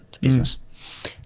business